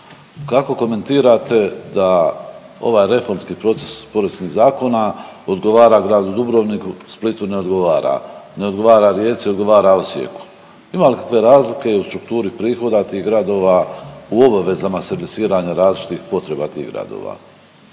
Kako komentirate da ovaj reformski proces poreskih zakona odgovara gradu Dubrovniku? Splitu ne odgovara. Ne odgovara Rijeci, odgovara Osijeku. Ima li kakve razlike u strukturi prihoda tih gradova u obavezama servisiranja različitih potreba tih gradova?